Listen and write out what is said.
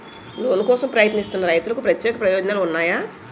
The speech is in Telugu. లోన్ కోసం ప్రయత్నిస్తున్న రైతులకు ప్రత్యేక ప్రయోజనాలు ఉన్నాయా?